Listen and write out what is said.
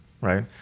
right